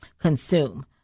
consume